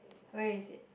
where is it